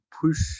push